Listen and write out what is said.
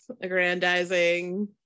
aggrandizing